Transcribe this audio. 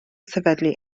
sefydlu